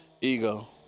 ego